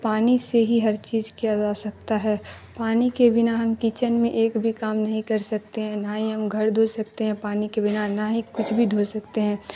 پانی سے ہی ہر چیز کیا جا سکتا ہے پانی کے بنا ہم کچن میں ایک بھی کام نہیں کر سکتے ہیں نہ ہی ہم گھر دھو سکتے ہیں پانی کے بنا نہ ہی کچھ بھی دھو سکتے ہیں